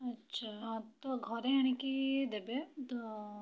ଆଚ୍ଛା ତ ଘରେ ଆଣିକି ଦେବେ ତ